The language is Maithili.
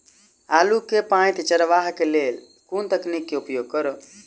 आलु केँ पांति चरावह केँ लेल केँ तकनीक केँ उपयोग करऽ?